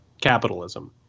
capitalism